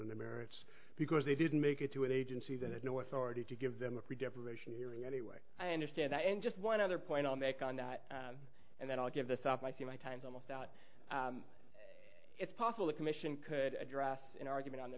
on the merits because they didn't make it through an agency that had no authority to give them a free deprivation hearing anyway i understand that and just one other point i'll make on and then i'll give this up i see my time's almost out it's possible the commission could address an argument on the